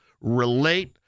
relate